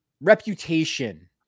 reputation